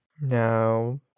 No